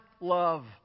love